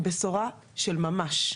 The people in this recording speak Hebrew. עם בשורה של ממש.